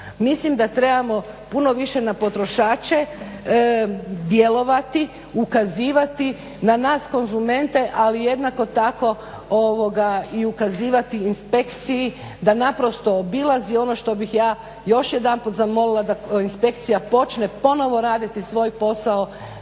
Mislim da trebamo puno više na potrošače djelovati, ukazivati, na nas konzumente ali jednako tako i ukazivati inspekciji da naprosto obilazi ono što sam ja još jedanput zamolila da inspekcija počne ponovo raditi svoj posao,